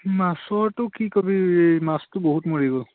মাছৰটো কি কবি মাছটো বহুত মৰি গ'ল